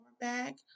back